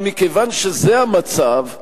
אבל מכיוון שזה המצב,